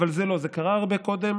אבל זה לא, זה קרה הרבה קודם,